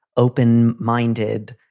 open minded,